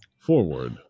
Forward